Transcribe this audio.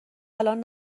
الان